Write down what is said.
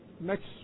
Next